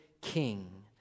King